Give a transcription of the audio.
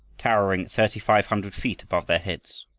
towering thirty-five hundred feet above their heads.